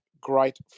great